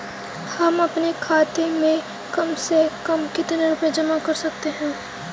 हम अपने खाते में कम से कम कितने रुपये तक जमा कर सकते हैं?